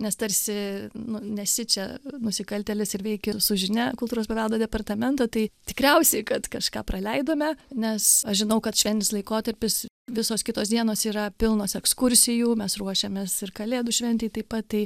nes tarsi nu nesi čia nusikaltėlis ir veiki su žinia kultūros paveldo departamento tai tikriausiai kad kažką praleidome nes aš žinau kad šventinis laikotarpis visos kitos dienos yra pilnos ekskursijų mes ruošiamės ir kalėdų šventei taip pat tai